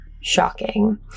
shocking